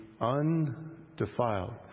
undefiled